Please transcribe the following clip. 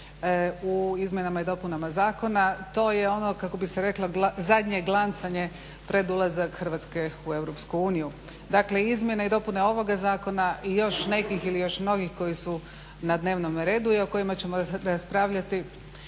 u izmjenama i dopunama zakona. To je ono kako bi se reklo zadnje glancanje pred ulazak Hrvatske u EU. Dakle izmjene i dopune ovoga zakona i još nekih i još mnogih koji su na dnevnom redu i o kojima ćemo raspravljati